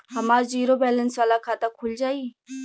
हमार zero balance वाला खाता खुल जाई?